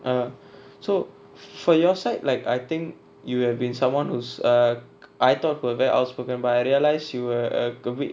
uh so for your side like I think you have been someone who's uh I thought were very outspoken but I realised you a bit